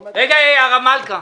רגע, הרב מלכא.